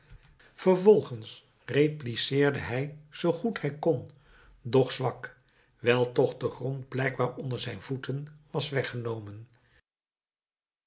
vervolgens repliceerde hij zoo goed hij kon doch zwak wijl toch de grond blijkbaar onder zijn voeten was weggenomen